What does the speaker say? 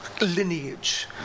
lineage